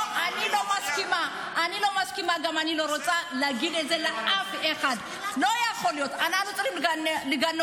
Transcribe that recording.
מי שמפעיל סחיטה באיומים נגד בנק